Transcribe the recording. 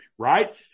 Right